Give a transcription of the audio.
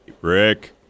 Rick